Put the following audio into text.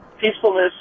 peacefulness